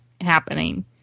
happening